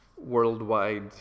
worldwide